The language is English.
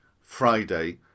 Friday